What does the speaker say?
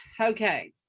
okay